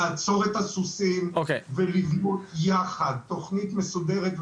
לעצור את הסוסים ולבנות יחד תוכנית מסודרת,